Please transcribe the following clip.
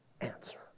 answer